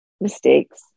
mistakes